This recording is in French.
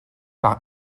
par